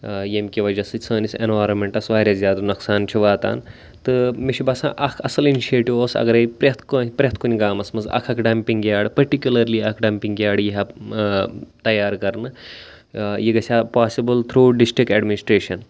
یمہِ کہِ وجہ سۭتۍ سٲنِس ایٚنوَرانمیٚنٹس واریاہ زیادٕ نۄقصان چھُ واتان تہٕ مےٚ چھُ باسان اکھ اَصٕل اِنِشیٹِو اوس اگرے پرٛٮ۪تھ کٲنٛسہِ پرٛٮ۪تھ کُنہٕ گامس منٛز اکھ اکھ ڈمپنگ یاڑ پٔٹِکیولرلی اکھ ڈمپنگ یاڑ یی ہا تیار کرنہٕ یہِ گژھہِ ہا پاسِبٕل تھروٗ ڈسٹرک ایڈمنسٹریشن